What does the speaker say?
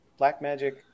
Blackmagic